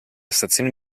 stazione